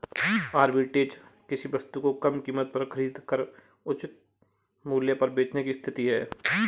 arbitrage किसी वस्तु को कम कीमत पर खरीद कर उच्च मूल्य पर बेचने की स्थिति है